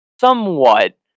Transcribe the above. somewhat